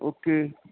okay